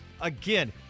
Again